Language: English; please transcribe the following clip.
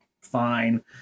fine